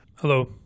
Hello